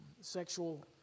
sexual